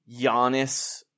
Giannis